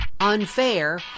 unfair